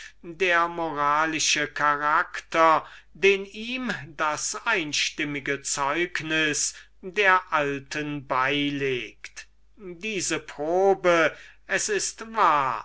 der moralische charakter den ihm das einstimmige zeugnis der alten beilegt diese probe es ist wahr